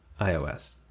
iOS